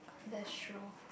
that's true